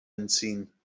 entziehen